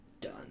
done